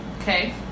Okay